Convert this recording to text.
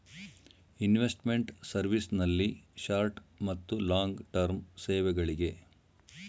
investment service ನಲ್ಲಿ short ಮತ್ತು long term ಸೇವೆಗಳಿಗೆ